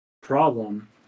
problem